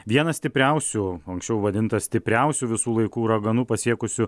vienas stipriausių anksčiau vadintas stipriausiu visų laikų uraganu pasiekusių